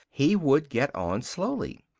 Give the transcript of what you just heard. he would get on slowly.